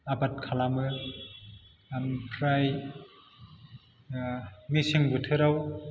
आबाद खालामो ओमफ्राइ मेसें बोथोराव